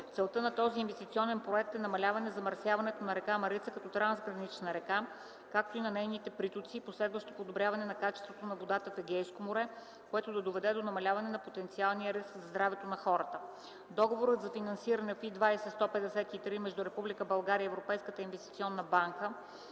Целта на този инвестиционен проект е намаляване замърсяването на река Марица като трансгранична река, както и на нейните притоци и последващото подобряване на качеството на водата в Егейско море, което да доведе до намаляване на потенциалния риск за здравето на хората. Договорът за финансиране FI 20.153 между Република България и Европейската инвестиционна банка